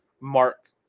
Mark